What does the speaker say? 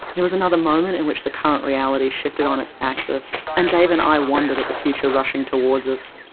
it was another moment in which the current reality shifted on its axis, and dave and i wondered at the future rushing toward us.